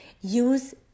use